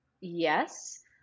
yes